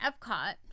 Epcot